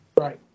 Right